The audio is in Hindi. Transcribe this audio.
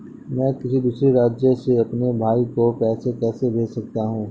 मैं किसी दूसरे राज्य से अपने भाई को पैसे कैसे भेज सकता हूं?